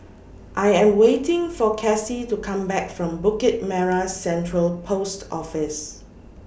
I Am waiting For Casie to Come Back from Bukit Merah Central Post Office